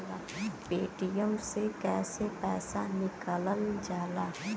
Paytm से कैसे पैसा निकलल जाला?